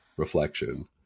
reflection